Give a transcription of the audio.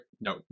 No